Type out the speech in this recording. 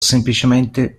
semplicemente